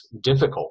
difficult